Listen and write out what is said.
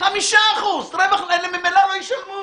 5% רווח נקי.